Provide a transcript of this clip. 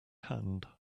hand